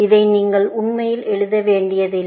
இதை நீங்கள் உண்மையில் எழுத வேண்டியதில்லை